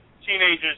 teenagers